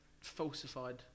falsified